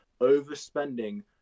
overspending